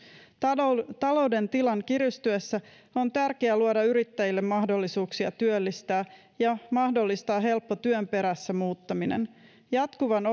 talouden talouden tilan kiristyessä on tärkeää luoda yrittäjille mahdollisuuksia työllistää ja mahdollistaa helppo työn perässä muuttaminen jatkuvan